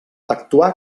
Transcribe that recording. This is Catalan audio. actuà